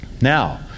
Now